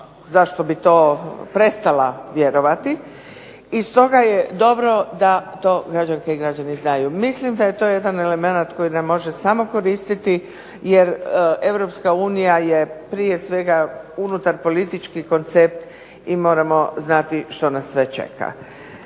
zašto bi to prestala vjerovati. I stoga je dobro da to građanke i građani znaju. Mislim da je to jedan element koji nam može samo koristiti jer Europska unija je prije svega unutar politički koncept i moramo znati što nas sve čeka.